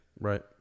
Right